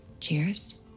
Cheers